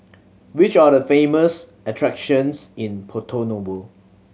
which are the famous attractions in Porto Novo